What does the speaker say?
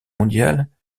mondiale